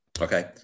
Okay